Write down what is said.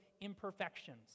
imperfections